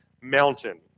mountain